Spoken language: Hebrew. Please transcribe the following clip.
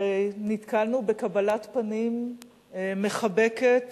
נתקלנו בקבלת פנים מחבקת